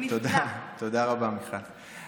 תודה רבה, מיכל.